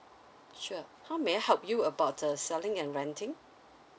sure how may I help you about uh selling and renting